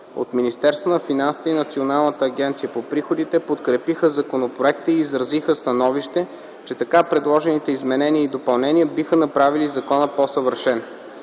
От Министерството на финансите и Националната агенция по приходите подкрепиха законопроекта и изразиха становище, че така предложените изменения и допълнения биха направили закона по-съвършен.